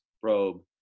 probe